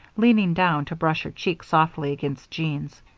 leaning down to brush her cheek softly against jean's.